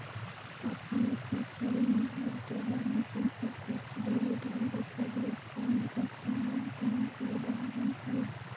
अपने स चलनिहार टेलर मशीन, प्रत्यक्ष डेबिट आउरो सभ इलेक्ट्रॉनिक स्थानान्तरण के उदाहरण हइ